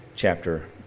chapter